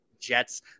Jets